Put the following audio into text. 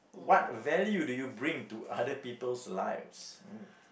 what value do you bring to other people's lives oh